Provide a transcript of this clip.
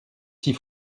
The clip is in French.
six